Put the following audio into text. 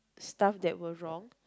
stuff that were wrong